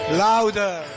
louder